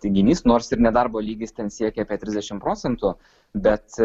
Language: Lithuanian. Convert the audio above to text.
teiginys nors ir nedarbo lygis ten siekia apie trisdešim procentų bet